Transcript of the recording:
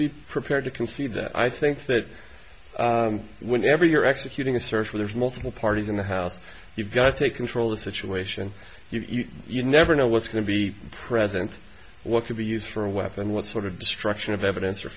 be prepared to concede that i think that whenever you're executing a search for there's multiple parties in the house you've got to control the situation you never know what's going to be present what could be used for a weapon what sort of destruction of evidence